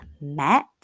met